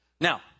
Now